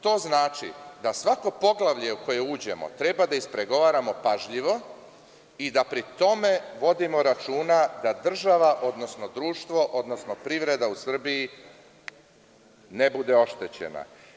To znači da svako poglavlje u koje uđemo treba da ispregovaramo pažljivo i da pri tome vodimo računa da država, odnosno društvo, odnosno privreda u Srbiji ne bude oštećena.